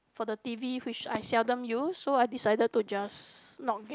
for the t_v which I seldom use so I decided to just not get